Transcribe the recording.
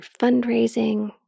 fundraising